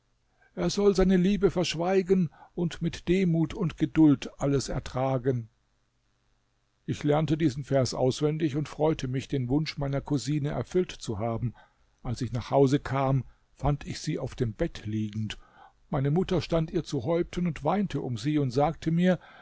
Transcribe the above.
er soll seine liebe verschweigen und mit demut und geduld alles ertragen ich lernte diesen vers auswendig und freute mich den wunsch meiner cousine erfüllt zu haben als ich nach hause kam fand ich sie auf dem bett liegend meine mutter stand ihr zu häupten und weinte um sie und sagte mir